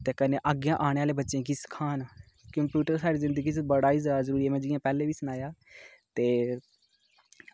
ते कन्नै अग्गें आने आह्ले बच्चें गी सखान कंप्यूटर साढ़ी जिंदगी च बड़ा गै ज्यादा जरूरी ऐ में जियां पैहलें बी सानया ते